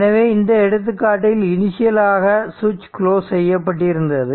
எனவே இந்த எடுத்துக்காட்டில் இனிஷியல் ஆக சுவிட்ச் குளோஸ் செய்யப்பட்டிருந்தது